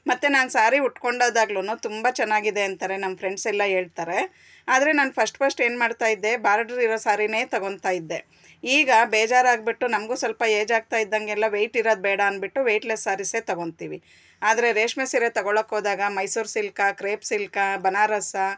ಮತ್ತೆ ನಾನು ಸಾರಿ ಉಟ್ಕೊಂಡೋದಾಗ್ಲೂ ತುಂಬ ಚೆನ್ನಾಗಿದೆ ಅಂತಾರೆ ನಮ್ಮ ಫ್ರೆಂಡ್ಸೆಲ್ಲ ಹೇಳ್ತಾರೆ ಆದರೆ ನಾನು ಫಸ್ಟ್ ಪಶ್ಟ್ ಏನು ಮಾಡ್ತಾಯಿದ್ದೆ ಬಾರ್ಡರ್ ಇರೋ ಸಾರಿನೇ ತೊಗೊಳ್ತಾಯಿದ್ದೆ ಈಗ ಬೇಜಾರಾಗಿಬಿಟ್ಟು ನಮಗೂ ಸ್ವಲ್ಪ ಏಜಾಗ್ತಿದ್ದಂತೆಲ್ಲ ವೆಯ್ಟ್ ಇರೋದು ಬೇಡ ಅಂದ್ಬಿಟ್ಟು ವೆಯ್ಟ್ಲೆಸ್ ಸಾರೀಸೇ ತೊಗೊಳ್ತೀವಿ ಆದರೆ ರೇಷ್ಮೆ ಸೀರೆ ತೊಗೊಳ್ಳೋಕೋದಾಗ ಮೈಸೂರು ಸಿಲ್ಕಾ ಕ್ರೇಪ್ ಸಿಲ್ಕಾ ಬನಾರಸ್ಸಾ